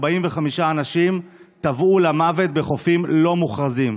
45 אנשים טבעו למוות בחופים לא מוכרזים.